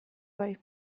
bai